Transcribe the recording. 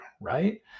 right